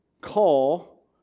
call